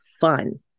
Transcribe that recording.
fun